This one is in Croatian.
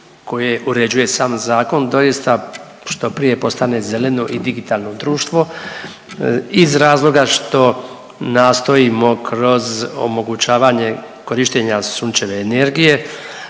koje uređuje sam zakon doista što prije postane zeleno i digitalno društvo iz razloga što nastojimo kroz omogućavanje korištenja sunčeve energije